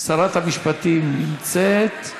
שרת המשפטים נמצאת?